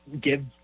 give